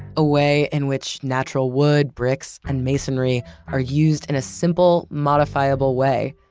a way in which natural wood bricks and masonry are used in a simple, modifiable way.